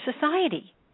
society